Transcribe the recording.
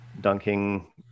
dunking